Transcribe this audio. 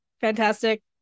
fantastic